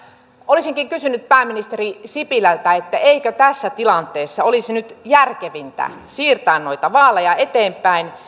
olisinkin kysynyt pääministeri sipilältä eikö tässä tilanteessa olisi nyt järkevintä siirtää noita vaaleja eteenpäin